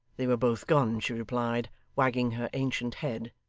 they were both gone, she replied, wagging her ancient head,